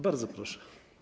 Bardzo proszę.